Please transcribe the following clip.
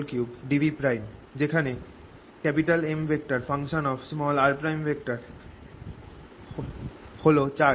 3dV যেখানে Mr হল charge